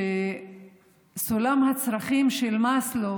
שסולם הצרכים של מאסלו